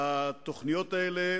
התוכניות האלה